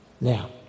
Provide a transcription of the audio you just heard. Now